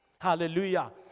Hallelujah